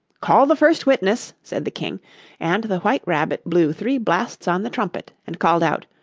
call the first witness said the king and the white rabbit blew three blasts on the trumpet, and called out,